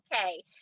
okay